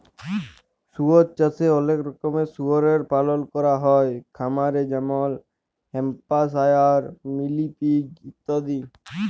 শুয়র চাষে অলেক রকমের শুয়রের পালল ক্যরা হ্যয় খামারে যেমল হ্যাম্পশায়ার, মিলি পিগ ইত্যাদি